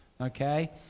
okay